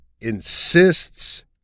insists